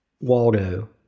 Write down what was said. Waldo